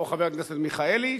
או חבר הכנסת מיכאלי,